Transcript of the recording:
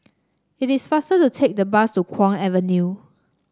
it is faster to take the bus to Kwong Avenue